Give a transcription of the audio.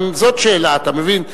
גם זאת שאלה, אתה מבין?